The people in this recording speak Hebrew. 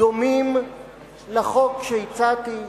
דומים לחוק שהצעתי,